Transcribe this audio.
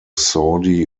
saudi